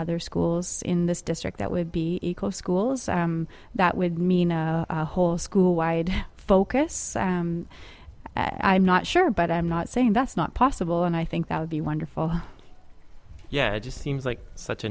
other schools in this district that would be eco schools that would mean a whole school wide focus i'm not sure but i'm not saying that's not possible and i think that would be wonderful yeah just seems like such a